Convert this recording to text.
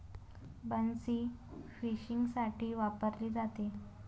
बन्सी फिशिंगसाठी वापरली जाते